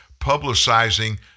publicizing